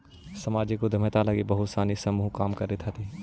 सामाजिक उद्यमिता लगी बहुत सानी समूह काम करित हई